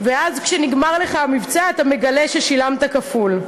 ואז, כשנגמר לך המבצע, אתה מגלה ששילמת כפול.